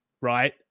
right